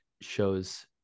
shows